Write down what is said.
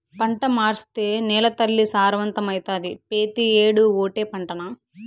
పంట మార్సేత్తే నేలతల్లి సారవంతమైతాది, పెతీ ఏడూ ఓటే పంటనా